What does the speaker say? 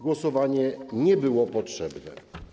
Głosowanie nie było potrzebne.